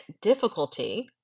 difficulty